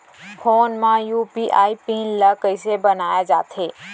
Phone म UPI PIN ल कइसे बनाये जाथे?